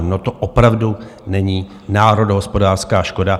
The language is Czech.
No to opravdu není národohospodářská škoda.